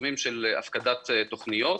בפרסומים של הפקדת תוכניות.